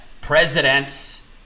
presidents